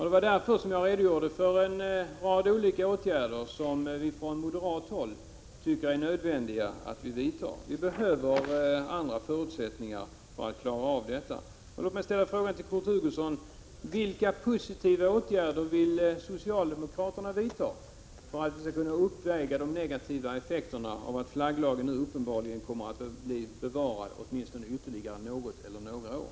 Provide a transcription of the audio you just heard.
Det var därför jag redogjorde för en rad olika åtgärder, som vi från moderat håll anser är nödvändiga att vidta. Vi behöver andra förutsättningar för att klara av detta. Låt mig ställa en fråga till Kurt Hugosson: Vilka positiva åtgärder vill socialdemokraterna vidta för att uppväga de negativa effekterna av att flagglagen nu uppenbarligen kommer att bevaras åtminstone något eller några år?